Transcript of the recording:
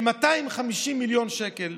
כ-250 מיליון שקל.